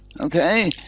okay